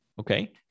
Okay